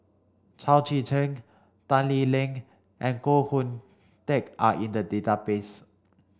Chao Tzee Cheng Tan Lee Leng and Koh Hoon Teck are in the database